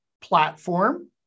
platform